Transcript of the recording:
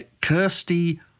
Kirsty